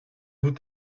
vous